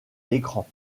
l’écran